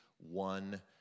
one